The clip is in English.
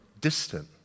distant